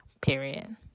period